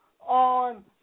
on